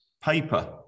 paper